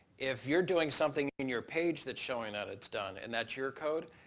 if you're doing something in your page that's showing that it's done and that's your code,